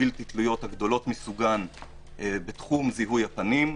הבלתי תלויות הגדולות מסוגן בתחום זיהוי הפנים.